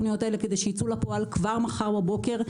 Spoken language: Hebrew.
דחיפה לתוכניות האלה כדי שיצאו לפועל כבר מחר בבוקר.